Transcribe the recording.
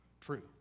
true